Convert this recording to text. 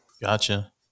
Gotcha